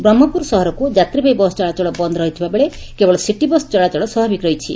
ବ୍ରହ୍କପୁର ସହରକୁ ଯାତ୍ରୀବାହୀ ବସ୍ ଚଳାଚଳ ବନ୍ଦ ରହିଥିବାବେଳେ କେବଳ ସିଟି ବସ୍ ଚଳାଚଳ ସ୍ୱାଭାବିକ ରହିଛି